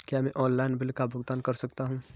क्या मैं online bill का भुगतान कर सकता हूँ?